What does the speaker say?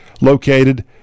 located